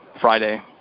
Friday